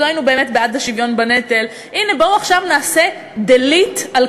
"לא היינו באמת בעד השוויון בנטל"; "הנה